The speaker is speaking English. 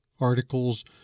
articles